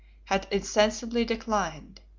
had insensibly declined.